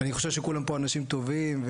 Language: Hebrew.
אני חושב שכולם פה אנשים טובים,